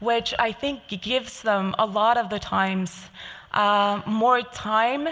which i think gives them a lot of the times more time